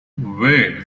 wade